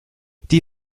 die